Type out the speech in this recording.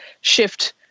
shift